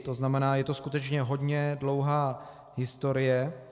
To znamená, je to skutečně hodně dlouhá historie.